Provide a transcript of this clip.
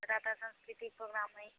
जादातर सांस्कृतिक प्रोग्राम होइ